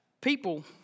people